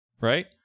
right